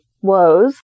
woes